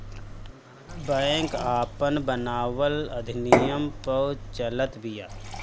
bank आपन बनावल अधिनियम पअ चलत बिया